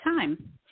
time